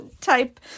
type